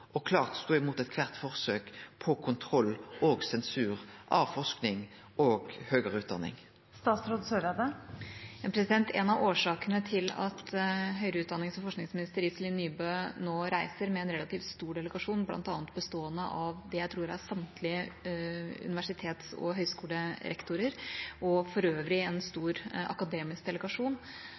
og klart imot alle forsøk på kontroll og sensur av forsking og høgare utdanning? En av årsakene til at høyere utdannings- og forskningsminister Iselin Nybø nå reiser med en relativt stor delegasjon – bl.a. bestående av det jeg tror er samtlige universitets- og høgskolerektorer og for øvrig en stor akademisk delegasjon